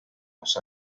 los